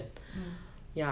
hmm